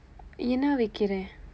என்ன விற்கிறேன்:enna virkireen